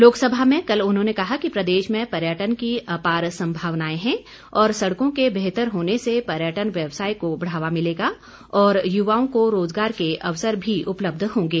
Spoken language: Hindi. लोकसभा में कल उन्होंने कहा कि प्रदेश में पर्यटन की अपार संभावनाएं हैं और सड़कों के बेहतर होने से पर्यटन व्यवसाय को बढ़ावा मिलेगा जिससे युवाओं को रोजगार के अवसर भी उपलब्ध होंगे